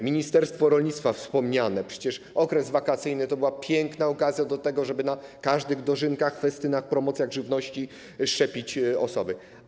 Ministerstwo rolnictwa wspomniane - przecież okres wakacyjny to była piękna okazja do tego, żeby na każdych dożynkach, festynach, promocjach żywności szczepić osoby.